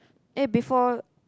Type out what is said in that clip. eh before